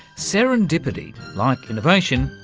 serendipity, like innovation,